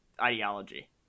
Ideology